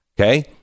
Okay